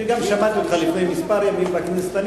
אני שמעתי אותך לפני כמה ימים בכנסת.